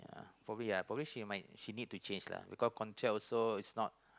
probably ya probably she might she need to change lah because contract also is not